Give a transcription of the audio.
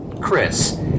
Chris